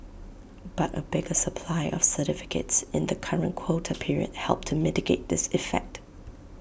but A bigger supply of certificates in the current quota period helped to mitigate this effect